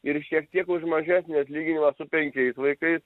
ir šiek tiek už mažesnį atlyginimą su penkiais vaikais